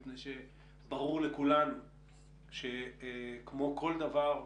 ברור לכולנו שכמו כל דבר,